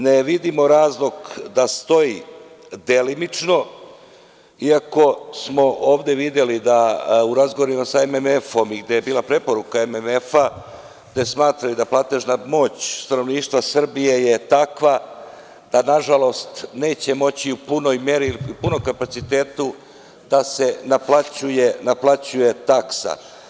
Ne vidimo razlog da stoji delimično, i ako smo ovde videli da u razgovorima sa MMF i gde je bila preporuka MMF da smatraju da platežna moć stanovništva Srbije je takva da, nažalost neće moći u punoj meri i punom kapacitetu da se naplaćuje taksa.